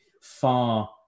far